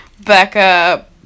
Becca